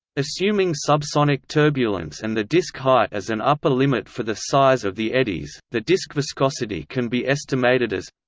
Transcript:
assuming subsonic turbulence and the disk height as an upper limit for the size of the eddies, the disk viscosity can be estimated as